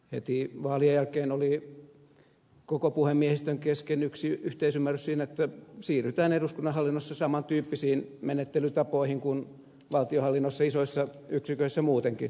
heti vaalien jälkeen oli koko puhemiehistön kesken yksi yhteisymmärrys siitä että siirrytään eduskunnan hallinnossa saman tyyppisiin menettelytapoihin kuin valtionhallinnossa isoissa yksiköissä muutenkin